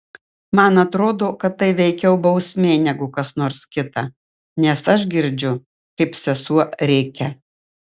man atrodo kad tai veikiau bausmė negu kas nors kita nes aš girdžiu kaip sesuo rėkia